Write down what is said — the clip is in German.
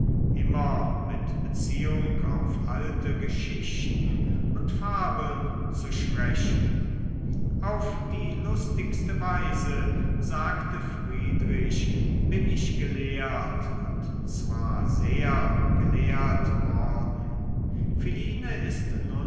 immer mit beziehung auf alte geschichten und fabeln zu sprechen auf die lustigste weise sagte friedrich bin ich gelehrt und zwar sehr gelehrt worden philine ist